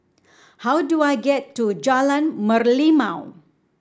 how do I get to Jalan Merlimau